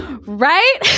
Right